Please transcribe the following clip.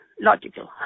logical